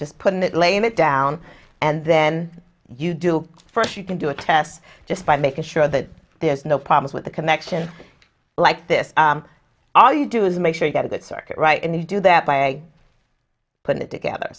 just putting that lame it down and then you do first you can do a test just by making sure that there's no problems with the connection like this all you do is make sure you get that circuit right in the you do that by putting it together